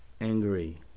angry